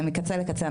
מקצה לקצה,